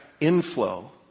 inflow